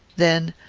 then,